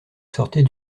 sortait